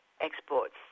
exports